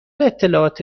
اطلاعات